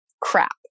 crap